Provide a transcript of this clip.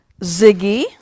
Ziggy